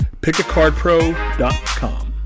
pickacardpro.com